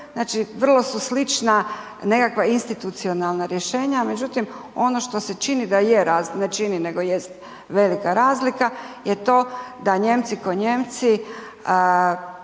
znači vrlo su slična nekakva institucionalna rješenja, međutim ono što se čini da je, ne čini nego jest velika razlika je to da Nijemci ko Nijemci